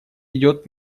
идет